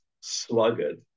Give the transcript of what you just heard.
sluggard